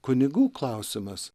kunigų klausimas